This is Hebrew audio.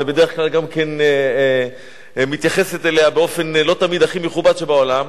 ובדרך כלל היא גם מתייחסת אליה באופן לא הכי מכובד בעולם,